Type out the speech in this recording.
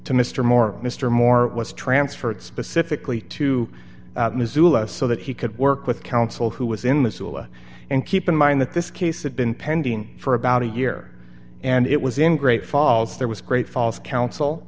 to mr moore mr moore was transferred specifically to missoula so that he could work with counsel who was in the soula and keep in mind that this case had been pending for about a year and it was in great falls there was great falls coun